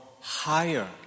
higher